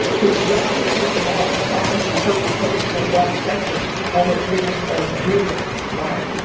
his restlessness matched klein's interpretation of that session and it reads as brutal, quote.